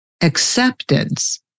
acceptance